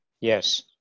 Yes